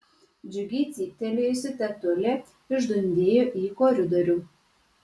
džiugiai cyptelėjusi tetulė išdundėjo į koridorių